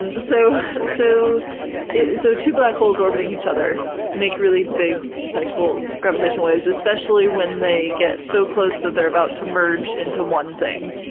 and so so so two black holes orbiting each other make really big, detectable, gravitational waves, especially when they get so close that they're about to merge into one thing.